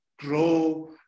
grow